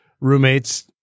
roommates